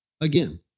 Again